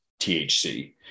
THC